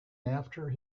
after